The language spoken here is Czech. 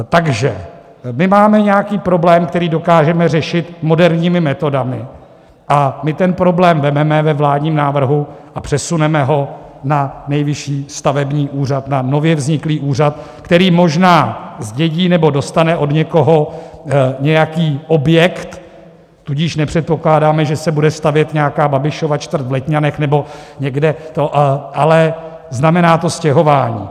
Takže my máme nějaký problém, který dokážeme řešit moderními metodami, a my ten problém ve vládním návrhu vezmeme a přesuneme ho na Nejvyšší stavební úřad, na nově vzniklý úřad, který možná zdědí nebo dostane od někoho nějaký objekt, tudíž nepředpokládáme, že se bude stavět nějaká Babišova čtvrť v Letňanech nebo někde, ale znamená to stěhování.